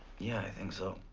yeah, i think so.